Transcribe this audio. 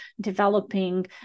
developing